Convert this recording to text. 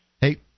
Hey